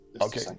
Okay